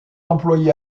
employé